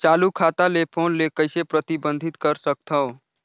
चालू खाता ले फोन ले कइसे प्रतिबंधित कर सकथव?